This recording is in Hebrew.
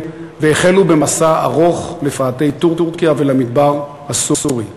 והחלו במסע ארוך לפאתי טורקיה ולמדבר הסורי.